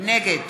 נגד